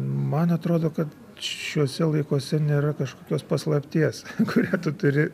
man atrodo kad šiuose laikuose nėra kažkokios paslapties kurią tu turi